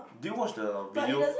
did you watch the video